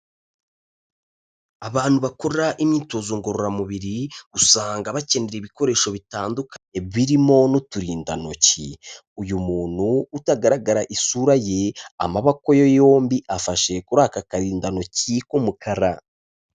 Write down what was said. Abantu bakora imyitozo ngororamubiri usanga bakenera ibikoresho bitandukanye birimo n'uturindantoki, uyu muntu utagaragara isura ye amaboko ye yombi afashe kuri aka karindantoki k'umukara.